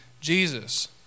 Jesus